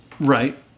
Right